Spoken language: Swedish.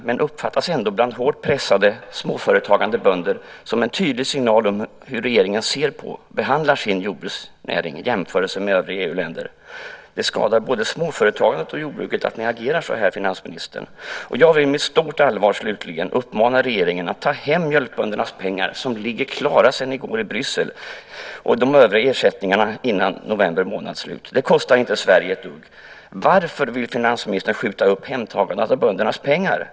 Men det uppfattas ändå bland hårt pressade småföretagande bönder som en tydlig signal om hur regeringen ser på och behandlar sin jordbruksnäring i jämförelse med övriga EU-länder. Det skadar både småföretagandet och jordbruket att ni agerar så här, finansministern. Jag vill slutligen med stort allvar uppmana regeringen att ta hem mjölkböndernas pengar som ligger klara sedan i går i Bryssel och de övriga ersättningarna innan november månads slut. Det kostar inte Sverige ett dugg. Varför vill finansministern skjuta upp hemtagandet av böndernas pengar?